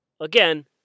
again